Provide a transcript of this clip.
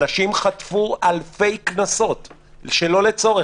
אנשים חטפו אלפי קנסות שלא לצורך.